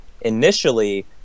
initially